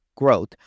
growth